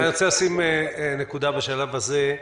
--- אני רוצה לשים נקודה בשלב זה,